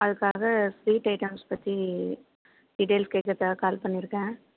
அதற்காக sweet items பற்றி details கேட்கறதுக்காக கால் பண்ணியிருக்கேன்